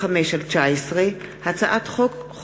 פ/1465/19 וכלה בהצעת חוק פ/1492/19,